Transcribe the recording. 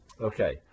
Okay